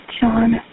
John